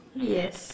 yes